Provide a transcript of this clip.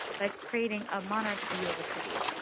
by creating a monarch's view of a city.